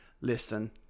listen